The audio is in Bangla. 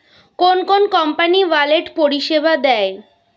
কোন কোন কোম্পানি ওয়ালেট পরিষেবা দেয়?